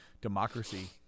democracy